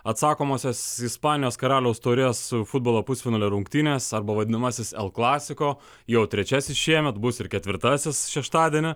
atsakomosios ispanijos karaliaus taurės futbolo pusfinalio rungtynes arba vadinamasis el klasiko jau trečiasis šiemet bus ir ketvirtąsias šeštadienio